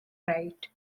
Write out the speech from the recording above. right